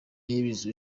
niyibizi